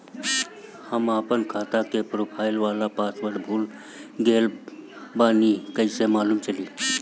हम आपन खाता के प्रोफाइल वाला पासवर्ड भुला गेल बानी कइसे मालूम चली?